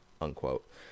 Unquote